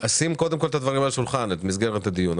על השולחן, את מסגרת הדיון.